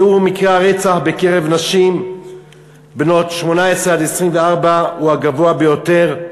שיעור מקרי הרצח בקרב נשים בנות 18 24 הוא הגבוה ביותר.